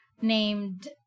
named